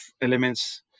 elements